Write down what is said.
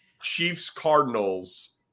Chiefs-Cardinals –